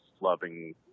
loving